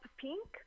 pink